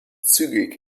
zügig